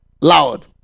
loud